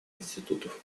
институтов